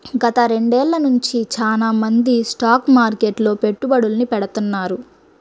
గత రెండేళ్ళ నుంచి చానా మంది స్టాక్ మార్కెట్లో పెట్టుబడుల్ని పెడతాన్నారు